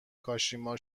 کاشیما